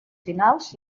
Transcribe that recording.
finals